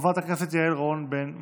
חברת הכנסת רון בן משה.